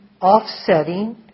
offsetting